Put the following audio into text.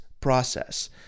process